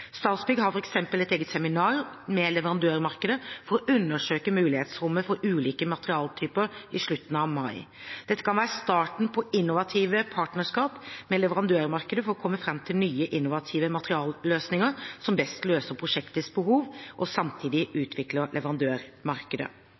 Statsbygg har f.eks. i slutten av mai et eget seminar med leverandørmarkedet for å undersøke mulighetsrommet for ulike materialtyper. Dette kan være starten på innovative partnerskap med leverandørmarkedet for å komme fram til nye, innovative materialløsninger som best løser prosjektets behov, og samtidig